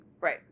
Right